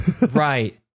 Right